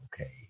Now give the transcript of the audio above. Okay